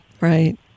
Right